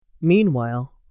Meanwhile